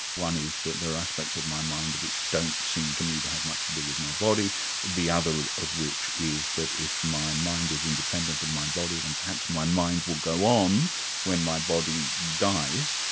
one is that there are aspects of my mind which don't seem to me to have much to do with my body the other of of which is that, if my mind is independent of my body, then perhaps my mind will go on when my body dies.